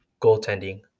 goaltending